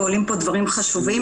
ועולים פה דברים חשובים.